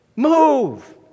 move